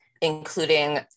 including